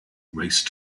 race